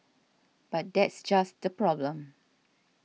but that's just the problem